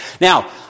Now